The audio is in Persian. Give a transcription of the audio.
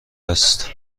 است